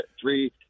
three